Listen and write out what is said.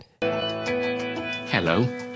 hello